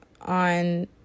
on